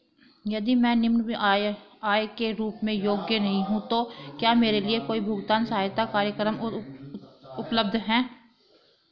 यदि मैं निम्न आय के रूप में योग्य नहीं हूँ तो क्या मेरे लिए कोई भुगतान सहायता कार्यक्रम उपलब्ध है?